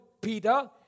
Peter